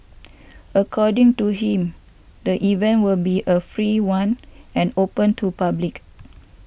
according to him the event will be a free one and open to public